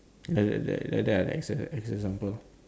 that that like that ah as as an example